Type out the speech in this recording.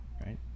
right